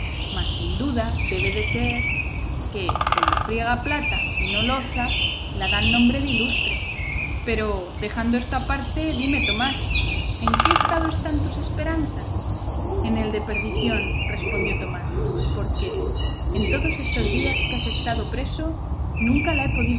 mas sin duda debe de ser que como friega plata y no loza la dan nombre de ilustre pero dejando esto aparte dime tomás en qué estado están tus esperanzas en el de perdición respondió tomás porque en todos estos días que has estado preso nunca la he podido